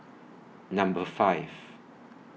Number five